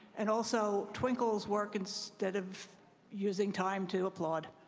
and also, twinkle's work instead of using time to applaud.